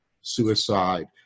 suicide